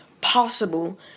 possible